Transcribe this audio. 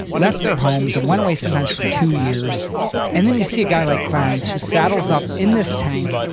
left their homes and went away sometimes for two years and then you see a guy like clarence, who saddles up in this tank,